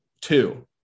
Two